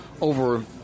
over